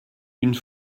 une